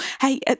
hey